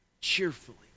cheerfully